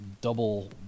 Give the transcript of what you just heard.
double